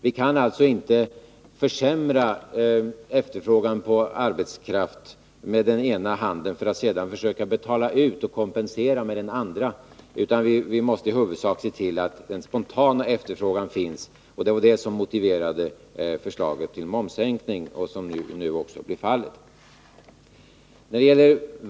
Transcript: Vi kan alltså inte försämra efterfrågan på arbetskraft med den ena handen för att sedan genom utbetalningar försöka kompensera med den andra. Vi måste i huvudsak se till att det finns en spontan efterfrågan. Det var detta som motiverade förslaget om den momssänkning som nu genomförts.